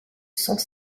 sans